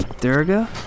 Durga